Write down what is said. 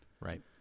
right